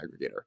aggregator